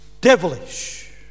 devilish